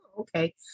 Okay